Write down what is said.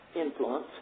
influence